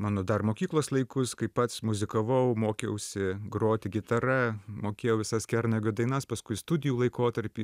mano dar mokyklos laikus kai pats muzikavau mokiausi groti gitara mokėjau visas kernagio dainas paskui studijų laikotarpy